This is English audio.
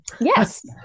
Yes